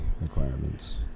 requirements